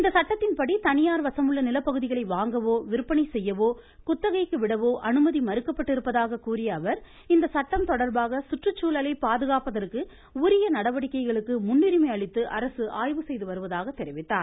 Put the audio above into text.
இந்த சட்டத்தின்படி தனியார் வசம் உள்ள நிலப்பகுதிகளை வாங்கவோ விற்பனை செய்யவோ குத்தகைக்கு விடவோ அனுமதி மறுக்கப்பட்டிருப்பதாக கூறிய அவர் இந்த சட்டம் தொடர்பாக சுற்றுச்சூழலை பாதுகாப்பதற்குரிய நடவடிக்கைகளுக்கு முன்னுரிமை அளித்து அரசு ஆய்வு செய்து வருவதாக தெரிவித்தார்